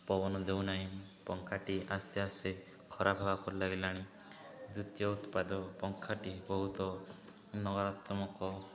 ପବନ ଦେଉନାହିଁ ପଙ୍ଖାଟି ଆସ୍ତେ ଆସ୍ତେ ଖରାପ ହେବାକୁ ଲାଗିଲାଣି ଦ୍ଵିତୀୟ ଉତ୍ପାଦ ପଙ୍ଖାଟି ବହୁତ ନକାରାତ୍ମକ